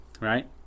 right